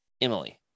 Emily